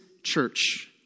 church